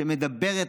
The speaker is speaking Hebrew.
שמדברת